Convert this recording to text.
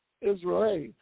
Israel